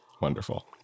Wonderful